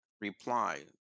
reply